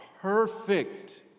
perfect